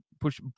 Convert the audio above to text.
push